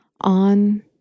on